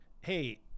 hey